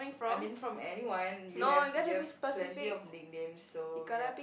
I mean from anyone you have you have plenty of nicknames so ya